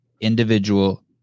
individual